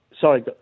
sorry